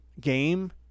game